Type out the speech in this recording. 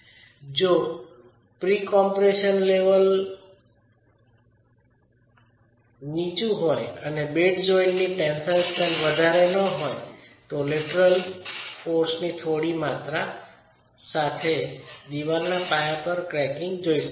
જો pre compression level નીચું હોય અને બેડ જોઈન્ટની ટેન્સાઇલ સ્ટ્રેન્થ વધારે ન હોય તો લેટરલ બળની થોડી માત્રા સાથે દિવાલના પાયા પર ક્રેકીંગ જોઈ શકાય છો